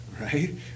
right